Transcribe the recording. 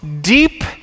deep